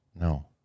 No